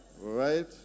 right